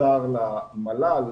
שנמסר למל"ל,